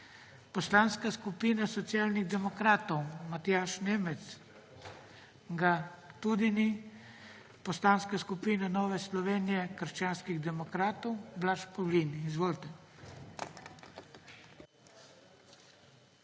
Poslanska skupina Socialnih demokratov, Matjaž Nemec. Ga tudi ni. Poslanska skupina Nova Slovenija – krščanski demokrati, Blaž Pavlin. Izvolite.